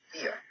fear